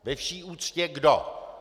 Ve vší úctě kdo?